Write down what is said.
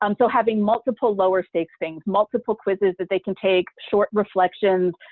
um so having multiple lower stakes things, multiple quizzes that they can take, short reflections,